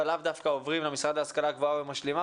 ולאו דווקא עוברים למשרד להשכלה גבוהה ומשלימה,